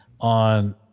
on